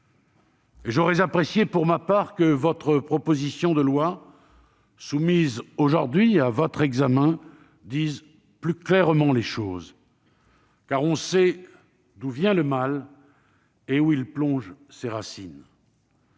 J'aurais apprécié, pour ma part, que la proposition de loi soumise aujourd'hui à votre examen soit plus claire sur ce point, car l'on sait d'où vient le mal et où il plonge ses racines.